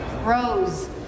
Rose